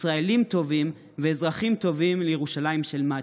ישראלים טובים ואזרחים טובים לירושלים של מטה".